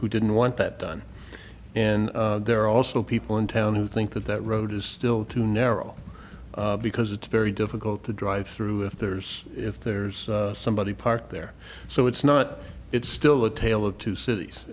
who didn't want that done and there are also people in town who think that that road is still too narrow because it's very difficult to drive through if there's if there's somebody parked there so it's not it's still a tale of two cities